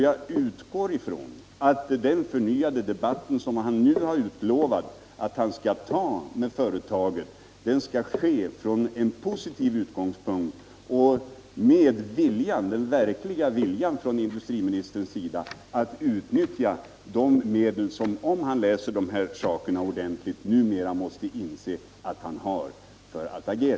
Jag utgår från att den förnyade debatt som han har lovat ha med företaget skall föras från en positiv utgångspunkt och med den verkliga viljan från industriministerns sida att utnyttja de medel för att agera som han numera måste inse att han har.